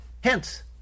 Hence